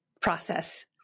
process